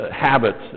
habits